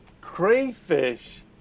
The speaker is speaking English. crayfish